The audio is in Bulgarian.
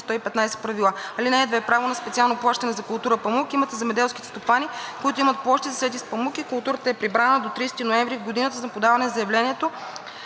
правила. (2) Право на специално плащане за култура памук имат земеделските стопани, които имат площи, засети с памук, и културата е прибрана до 30 ноември в годината на подаване на заявлението